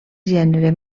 gènere